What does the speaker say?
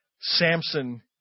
Samson